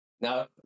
Now